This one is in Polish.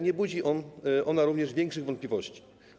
Nie budzi ona również większych wątpliwości.